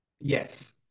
Yes